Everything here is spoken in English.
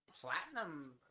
platinum